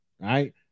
Right